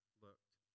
Looked